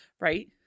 Right